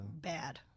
bad